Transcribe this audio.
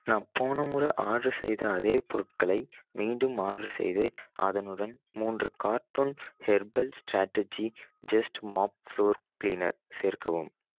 நான் போன முறை ஆர்டர் செய்த அதே பொருட்களை மீண்டும் ஆர்டர் செய்து அதனுடன் மூன்று carton herbal strategy just mop floor cleaner சேர்க்கவும்